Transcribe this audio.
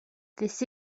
this